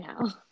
now